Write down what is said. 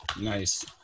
nice